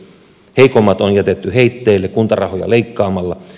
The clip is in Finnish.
heikommat on jätetty heitteille kuntarahoja leikkaamalla